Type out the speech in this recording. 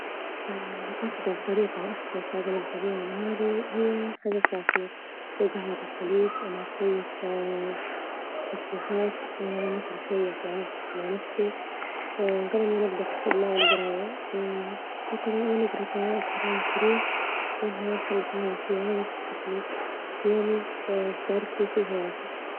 أفضل طريقة وأحسن حاجة نبدأ بيها نهاري هي حاجة ساخنة زي جهوة بالحليب ومع شوية تسبيحات، ونقضي شوية وقت مع نفسي جبل ما نبدأ في الخدمة والجراية، وقرا أو نجرا قراءة قرآن كريم منها الحج تعاون فيا واجد وتفتحلي في يومي وتباركلي فيه واجد.